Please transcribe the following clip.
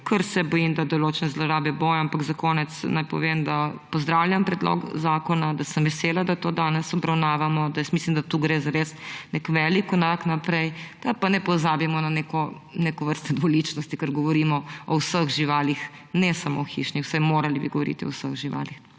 ker se bojim, da določene zlorabe bodo. Ampak za konec naj povem, da pozdravljam predlog zakona, da sem vesela, da to danes obravnavamo. Mislim, da tu gre za res nek velik korak naprej. Da pa ne pozabimo na neko vrsto dvoličnosti, ker govorimo o vseh živalih, ne samo hišnih. Vsaj morali bi govoriti o vseh živalih.